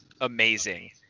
amazing